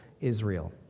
Israel